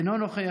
אינו נוכח,